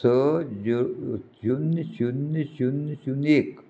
स जू शुन्य शुन्य शुन्य शुन्य एक